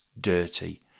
dirty